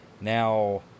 now